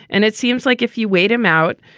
and it seems like if you wait him out,